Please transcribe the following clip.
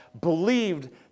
believed